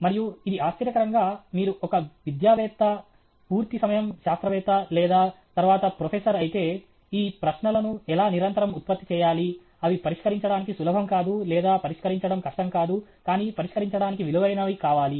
మరియు ఇది ఆశ్చర్యకరంగా మీరు ఒక విద్యావేత్త పూర్తి సమయం శాస్త్రవేత్త లేదా తరువాత ప్రొఫెసర్ అయితే ఈ ప్రశ్నలను ఎలా నిరంతరం ఉత్పత్తి చేయాలి అవి పరిష్కరించడానికి సులభం కాదు లేదా పరిష్కరించడం కష్టం కాదు కానీ పరిష్కరించడానికి విలువైనవి కావాలి